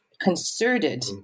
concerted